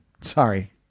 Sorry